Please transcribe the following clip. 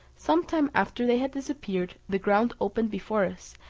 some time after they had disappeared, the ground opened before us,